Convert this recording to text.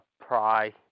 Pry